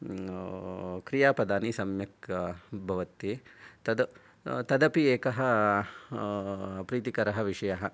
क्रियापदानि सम्यक् भवति तद् तदपि एकः प्रीतिकरः विषयः